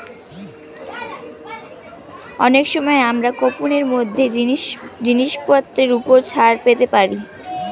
অনেক সময় আমরা কুপন এর মাধ্যমে জিনিসপত্রের উপর ছাড় পেতে পারি